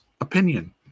opinion